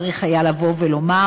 צריך היה לבוא ולומר: